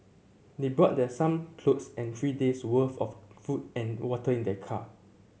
they brought that some clothes and three days'worth of food and water in their car